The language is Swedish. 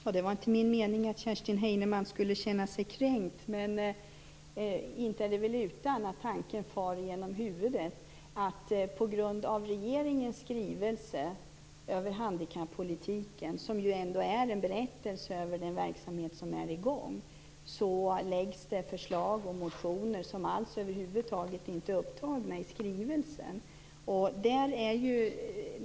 Fru talman! Det var inte min mening att Kerstin Heinemann skulle känna sig kränkt. Men inte är det väl utan att tanken far genom huvudet att man på grund av regeringens skrivelse över handikappolitiken, som ju ändå är en berättelse över den verksamhet som är i gång, lägger fram förslag och motioner som över huvud taget inte är upptagna i skrivelsen.